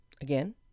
again